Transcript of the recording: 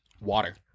Water